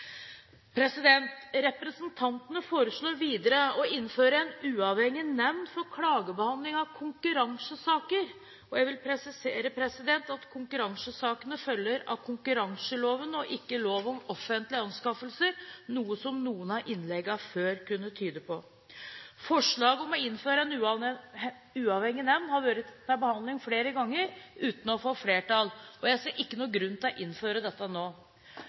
Representantene foreslår videre å innføre en uavhengig nemnd for klagebehandling av konkurransesaker. Jeg vil presisere at konkurransesakene følger av konkurranseloven og ikke av lov om offentlige anskaffelser, noe som noen av innleggene tidligere kunne tyde på. Forslaget om å innføre en uavhengig nemnd har vært til behandling flere ganger uten å få flertall, og jeg ser ikke noen grunn til å innføre dette nå.